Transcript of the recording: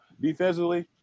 defensively